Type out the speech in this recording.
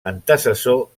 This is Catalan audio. antecessor